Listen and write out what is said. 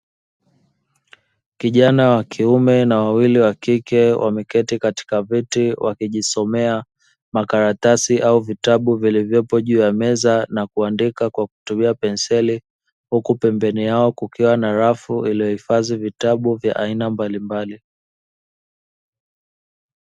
Kijana wa kiume na wawili wa kike wameketi katika viti wakijisomea makaratasi au vitabu vilivyopo juu ya meza na kuandika kwa kutumia penseli, huku pembeni yao kukiwa na rafu iliyohifadhi vitabu vya aina mbalimbali.